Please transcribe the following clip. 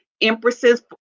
empresses